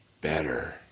better